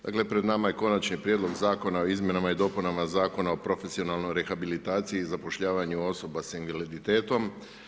Dakle pred nama je Konačni prijedlog Zakona o izmjenama i dopunama Zakona o profesionalnoj rehabilitaciji i zapošljavanju osoba s invaliditetom.